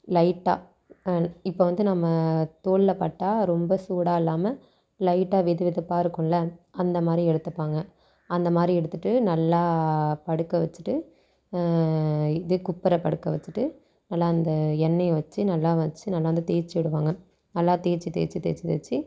லைட்டாக இப்போ வந்து நம்ம தோலில் பட்டால் ரொம்ப சூடாக இல்லாமல் லைட்டாக வெதுவெதுப்பாக இருக்கும்ல அந்த மாதிரி எடுத்துப்பாங்க அந்த மாதிரி எடுத்துகிட்டு நல்லா படுக்க வச்சுட்டு இது குப்புற படுக்க வச்சுட்டு நல்லா அந்த எண்ணெயை வச்சு நல்லா வச்சு நல்லா வந்து தேச்சு விடுவாங்க நல்லா தேச்சு தேச்சு தேச்சு தேச்சு